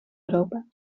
europa